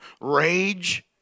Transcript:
rage